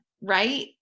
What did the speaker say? Right